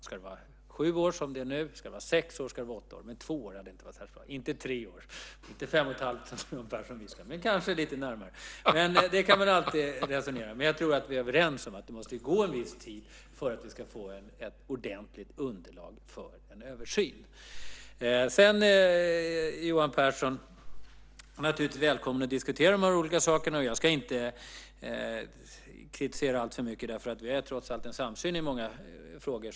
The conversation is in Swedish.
Ska det vara sju år, sex år eller åtta år? Två år hade inte varit särskilt bra, inte heller tre eller fem och ett halvt år - men kanske lite närmare det. Det kan man alltid resonera om. Men jag tror att vi är överens om att det måste gå en viss tid för att vi ska få ett ordentligt underlag för en översyn. Johan Pehrson är naturligtvis välkommen att diskutera de olika sakerna. Jag ska inte kritisera alltför mycket. Vi har trots allt en samsyn i många frågor.